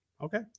Okay